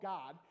God